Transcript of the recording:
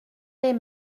lès